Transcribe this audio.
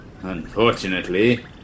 Unfortunately